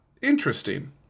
interesting